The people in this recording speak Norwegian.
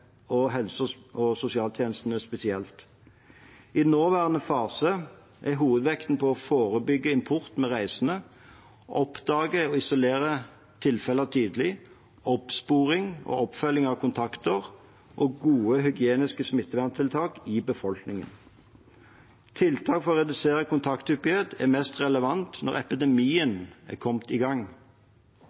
spesielt. I nåværende fase er hovedvekten på å forebygge import med reisende, oppdage og isolere tilfeller tidlig, oppsporing og oppfølging av kontakter og gode hygieniske smitteverntiltak i befolkningen. Tiltak for å redusere kontakthyppighet er mest relevant når epidemien er kommet i gang.